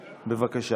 תודה.